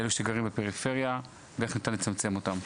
לאלו שגרים בפריפריה ואיך אתה מצמצם אותם?